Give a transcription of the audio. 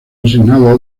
asignado